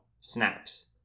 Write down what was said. snaps